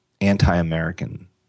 anti-American